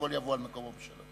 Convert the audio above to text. הכול יבוא על מקומו בשלום.